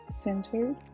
centered